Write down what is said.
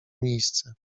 miejsce